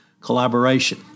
collaboration